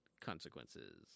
consequences